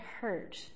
hurt